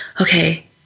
okay